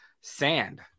Sand